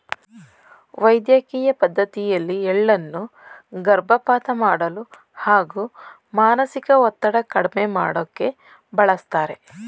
ವೈದ್ಯಕಿಯ ಪದ್ಡತಿಯಲ್ಲಿ ಎಳ್ಳನ್ನು ಗರ್ಭಪಾತ ಮಾಡಲು ಹಾಗೂ ಮಾನಸಿಕ ಒತ್ತಡ ಕಡ್ಮೆ ಮಾಡೋಕೆ ಬಳಸ್ತಾರೆ